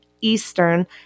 Eastern